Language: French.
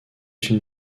une